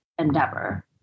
endeavor